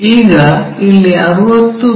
ಈಗ ಇಲ್ಲಿ 60 ಮಿ